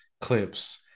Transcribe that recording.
clips